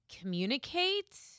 communicate